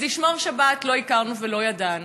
אז לשמור שבת לא היכרנו ולא ידענו,